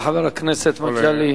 תודה לחבר הכנסת מגלי והבה.